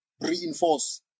reinforce